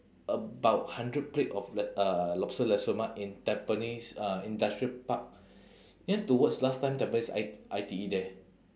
about hundred plate of l~ uh lobster nasi lemak in tampines uh industrial park you know towards last time tampines I I_T_E there